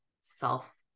self